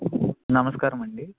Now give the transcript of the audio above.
నమస్కారం అండి